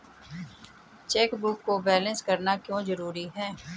Chequebook को balance करना क्यों जरूरी है?